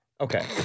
Okay